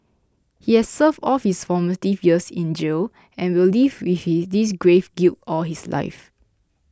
he has served all his formative years in jail and will live with this grave guilt all his life